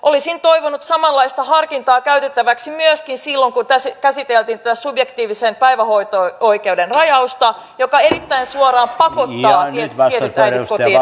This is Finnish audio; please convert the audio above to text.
olisin toivonut samanlaista harkintaa käytettäväksi myöskin silloin kun käsiteltiin tätä subjektiivisen päivähoito oikeuden rajausta joka erittäin suoraan pakottaa tietyt äidit kotiin hoitamaan lapsia